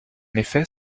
effet